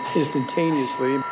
instantaneously